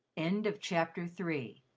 end of chapter three